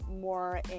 more